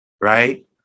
right